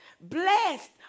blessed